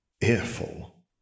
Earful